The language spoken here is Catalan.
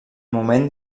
moment